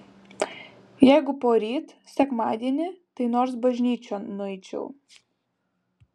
jeigu poryt sekmadienį tai nors bažnyčion nueičiau